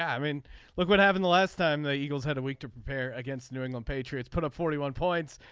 i mean look what happened the last time the eagles had a week to prepare against new england patriots put up forty one points.